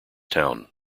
town